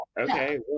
okay